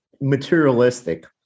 materialistic